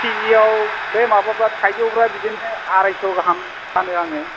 कि जियाव बे माबाफोरा थाइजौफोरा बिदिनो आराइश' गाहाम फानो आङो